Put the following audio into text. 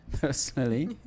personally